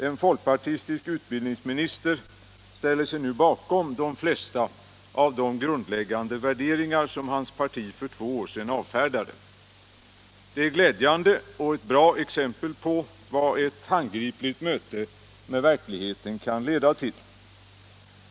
En folkpartistisk utbildningsminister ställer sig nu bakom de flesta av de grundläggande värderingar som hans parti för två år sedan avfärdade. Det är glädjande och ett bra exempel på vad ett handgripligt möte med verkligheten kan leda till.